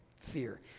Fear